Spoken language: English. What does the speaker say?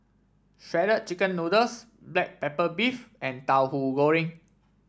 Shredded Chicken Noodles Black Pepper Beef and Tauhu Goreng